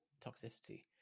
toxicity